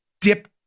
dip